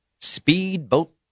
Speedboat